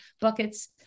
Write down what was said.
buckets